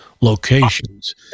locations